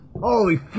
Holy